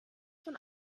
von